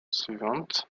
suivante